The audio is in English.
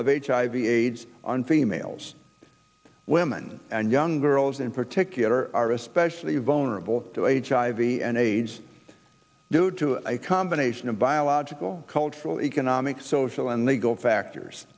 hiv aids on females women and young girls in particular are especially vulnerable to h i v and aids due to a combination of biological cultural economic social and legal factors